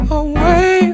away